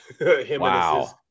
Wow